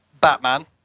Batman